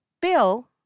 Bill